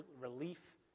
relief